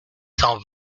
cent